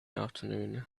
afternoon